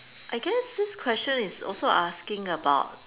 I guess this question is also asking about